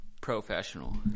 professional